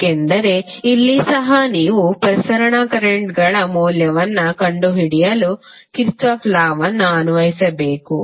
ಏಕೆಂದರೆ ಇಲ್ಲಿ ಸಹ ನೀವು ಪ್ರಸರಣ ಕರೆಂಟ್ಗಳ ಮೌಲ್ಯವನ್ನು ಕಂಡುಹಿಡಿಯಲು ಕಿರ್ಚಾಫ್ ಲಾ Kirchhoffs lawವನ್ನು ಅನ್ವಯಿಸಬೇಕು